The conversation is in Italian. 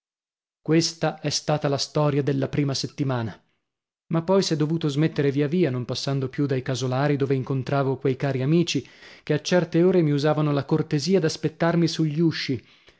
questa è stata la storia della prima settimana ma poi s'è dovuto smettere via via non passando più dai casolari dove incontravo quei cari amici che a certe ore mi usavano la cortesia d'aspettarmi sugli usci